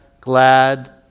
glad